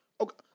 Okay